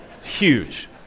Huge